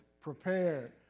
prepared